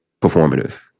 performative